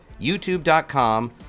youtube.com